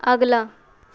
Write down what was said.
ਅਗਲਾ